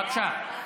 בבקשה.